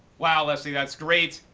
wow leslie, that's great!